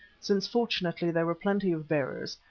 since fortunately there were plenty of bearers,